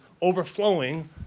overflowing